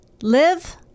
live